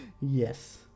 Yes